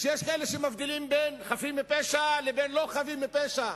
שיש כאלה שמבדילים בין חפים מפשע לבין לא חפים מפשע.